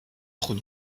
trop